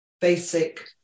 basic